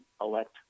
elect